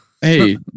Hey